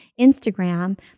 Instagram